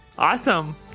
Awesome